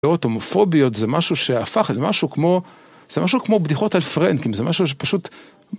אוטומופוביות זה משהו שהפך למשהו כמו... זה משהו כמו בדיחות על פרנקים. זה משהו שפשוט...